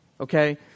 okay